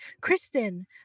Kristen